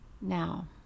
Now